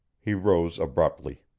he arose abruptly.